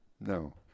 No